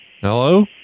Hello